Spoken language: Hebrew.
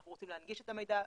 אנחנו רוצים להנגיש את המידע.